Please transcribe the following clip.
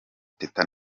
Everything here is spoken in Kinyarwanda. teta